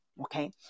okay